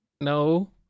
no